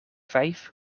vijf